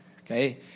Okay